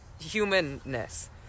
humanness